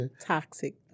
Toxic